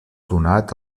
donat